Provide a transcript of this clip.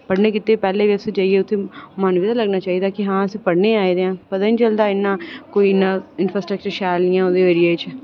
पढ़ने गित्तै उसी पैह्लें गै जाइयै उत्थै मन बी लग्गना चाहिदा कि हां अस पढ़ने गी आए दे आं ते पता निं चलदा कोई इन्ना इंफ्रास्टक्चर शैल निं ऐ उं'दे एरिये च